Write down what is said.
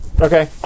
Okay